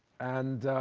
and